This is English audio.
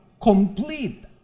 complete